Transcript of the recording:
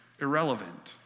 irrelevant